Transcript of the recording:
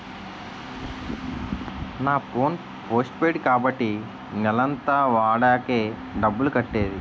నా phone postpaid కాబట్టి నెలంతా వాడాకే డబ్బులు కట్టేది